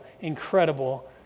incredible